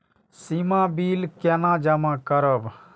सीमा bill केना जमा करब?